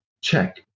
check